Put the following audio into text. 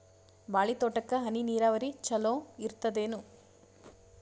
ಬಾಳಿ ತೋಟಕ್ಕ ಹನಿ ನೀರಾವರಿ ಚಲೋ ಇರತದೇನು?